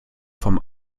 vom